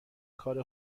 کار